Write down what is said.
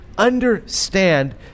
understand